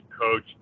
coach